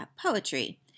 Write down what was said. poetry